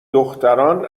دختران